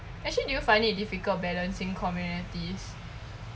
actually do you will find it difficult balancing communities